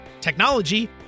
technology